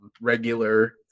regular